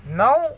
नऊ